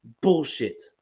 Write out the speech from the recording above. Bullshit